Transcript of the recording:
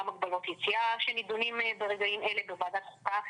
הגבלות יציאה שנידונים ברגעים אלה בוועדת חוקה.